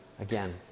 again